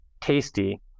tasty